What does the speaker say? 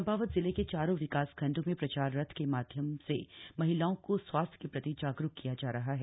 चम्धावत जिले के चारों विकासखण्डों में प्रचार रथ के माध्यम से महिलाओं को स्वास्थ्य के प्रति जागरूक किया जा रहा है